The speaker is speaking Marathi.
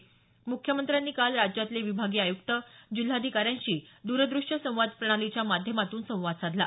म्ख्यमंत्र्यांनी काल राज्यातले विभागीय आयुक्त जिल्हाधिकाऱ्यांशी दूरदृश्य संवाद प्रणालीच्या माध्यमातून संवाद साधला